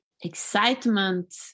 excitement